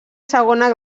segona